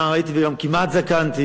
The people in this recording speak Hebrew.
נער הייתי וגם כמעט זקנתי,